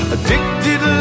Addicted